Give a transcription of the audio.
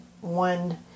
one